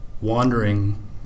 Wandering